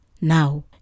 now